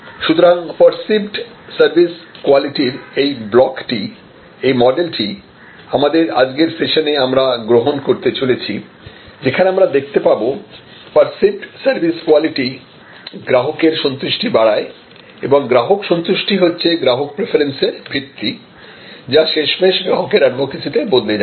সুতরাং perceived service কোয়ালিটির এই ব্লকটি এই মডেলটি আমাদের আজকের সেশানে আমরা গ্রহণ করতে চলেছি যেখানে আমরা দেখতে পাব পার্সিভড সার্ভিস কোয়ালিটি গ্রাহকের সন্তুষ্টি বাড়ায় এবং গ্রাহক সন্তুষ্টি হচ্ছে গ্রাহক প্রেফারেন্স এর ভিত্তি যা শেষমেষ গ্রাহকের এডভোকেসি তে বদলে যায়